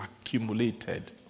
accumulated